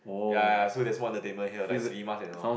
ya ya so there's more entertainment here like cinema and all